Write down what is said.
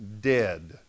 dead